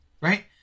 Right